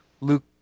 Luke